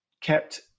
kept